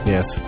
Yes